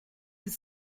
his